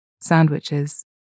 sandwiches